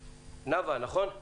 - נאוה, את